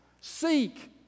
Seek